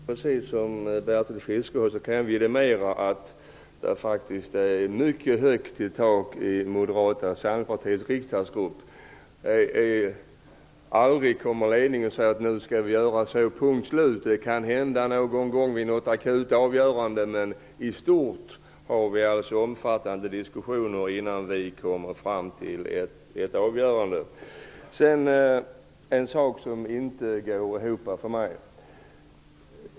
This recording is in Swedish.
Herr talman! Precis som Bertil Fiskesjö kan jag vidimera att det faktiskt är mycket högt i tak i Moderata samlingspartiets riksdagsgrupp. Aldrig kommer ledningen och säger att nu skall vi göra så här, punkt slut. Det kan hända någon gång i något akut avgörande, men i stort ha vi omfattande diskussioner innan vi kommer fram till ett avgörande. Det finns en sak som jag inte får att gå ihop.